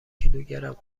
کیلوگرم